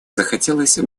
захотелось